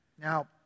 Now